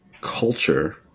culture